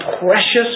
precious